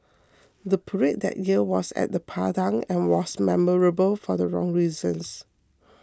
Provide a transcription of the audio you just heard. the parade that year was at the Padang and was memorable for the wrong reasons